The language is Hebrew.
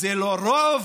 זה לא רוב?